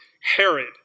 Herod